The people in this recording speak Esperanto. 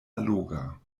alloga